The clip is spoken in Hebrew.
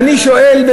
ואני שואל,